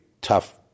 tough